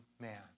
man